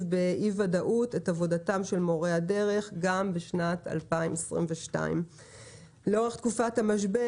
באי ודאות את עבודתם של מורי הדרך גם בשנת 2022. לאורך תקופת המשבר